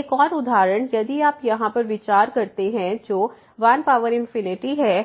एक और उदाहरण यदि आप यहां पर विचार करते हैं जो 1 है